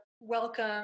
welcome